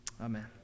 Amen